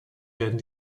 werden